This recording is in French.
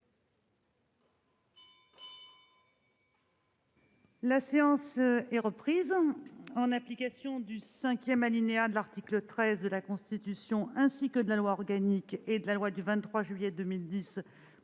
La séance est reprise. En application du cinquième alinéa de l'article 13 de la Constitution, ainsi que de la loi organique n° 2010-837 et de la loi n° 2010-838